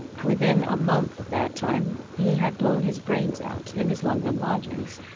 within a month of that time he had blown his brains out in his london lodgings,